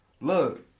Look